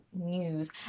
news